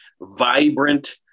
vibrant